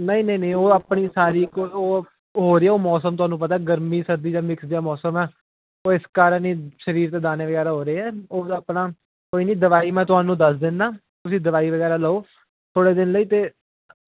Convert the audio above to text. ਨਹੀਂ ਨਹੀਂ ਨਹੀਂ ਉਹ ਆਪਣੀ ਸਾਰੀ ਹੋ ਰਹੀ ਉਹ ਮੌਸਮ ਤੁਹਾਨੂੰ ਪਤਾ ਗਰਮੀ ਸਰਦੀ ਦਾ ਮਿਕਸ ਜਿਹਾ ਮੌਸਮ ਹੈ ਉਹ ਇਸ ਕਾਰਨ ਹੀ ਸਰੀਰ ਦੇ ਦਾਨੇ ਵਗੈਰਾ ਹੋ ਰਹੇ ਆ ਉਹਦਾ ਆਪਣਾ ਕੋਈ ਨਹੀਂ ਦਵਾਈ ਮੈਂ ਤੁਹਾਨੂੰ ਦੱਸ ਦਿੰਨਾ ਤੁਸੀਂ ਦਵਾਈ ਵਗੈਰਾ ਲਓ ਥੋੜ੍ਹੇ ਦਿਨ ਲਈ ਅਤੇ